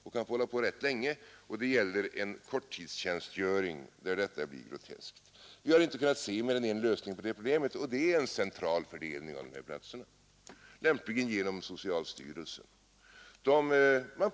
Så kan man få hålla på ganska länge trots att det gäller en korttidstjänstgöring, och det är groteskt. Vi har inte kunnat finna mer än en lösning på det problemet, och det är en central fördelning av dessa tjänster lämpligen genom socialstyrelsens försorg.